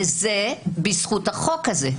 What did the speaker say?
וזה בזכות החוק הזה.